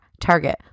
Target